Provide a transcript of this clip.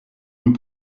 nous